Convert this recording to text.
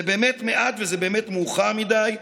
זה באמת מעט וזה באמת מאוחר מדי,